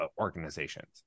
organizations